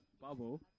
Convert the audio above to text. bubble